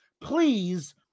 Please